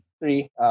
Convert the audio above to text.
three